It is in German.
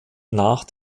nach